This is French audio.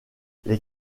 les